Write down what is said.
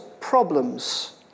problems